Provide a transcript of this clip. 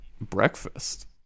breakfast